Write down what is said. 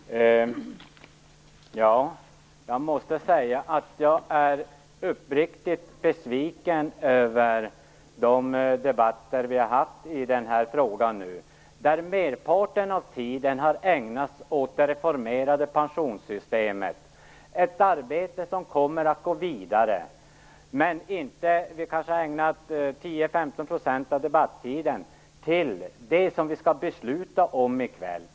Fru talman! Jag måste säga att jag är uppriktigt besviken på de debatter vi har fört i frågan nu. Merparten av tiden har ägnats åt det reformerade pensionssystemet - ett arbete som kommer att gå vidare - medan vi kanske har ägnat 10-15 % av debattiden åt det som riksdagen skall fatta beslut om i kväll.